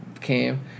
came